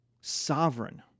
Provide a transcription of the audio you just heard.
sovereign